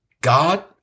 God